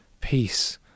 peace